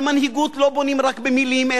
אבל מנהיגות לא בונים רק במלים,